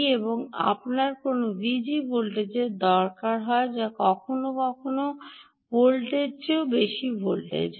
এবং আপনার কোনও Vg ভোল্টেজের দরকার হয় যা কখনও কখনও ভোল্টের চেয়েও বেশি ভোল্টেজ হয়